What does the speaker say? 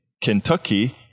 Kentucky